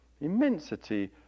immensity